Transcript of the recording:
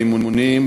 באימונים,